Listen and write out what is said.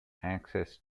access